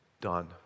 done